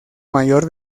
mayor